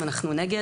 אם אנחנו נגד,